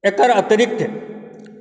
एकर अतिरिक्त